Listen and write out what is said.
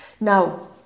Now